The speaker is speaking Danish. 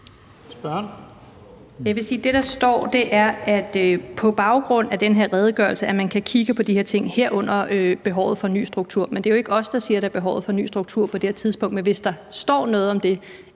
det, der står, er, at på baggrund af den her redegørelse kan man kigge på de her ting, herunder behovet for en ny struktur – det er jo ikke os, der siger, at der er behov for en ny struktur på det her tidspunkt. Men lad os sige, der